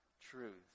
truth